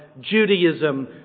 Judaism